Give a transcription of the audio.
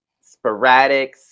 sporadic